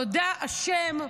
תודה, השם.